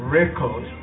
record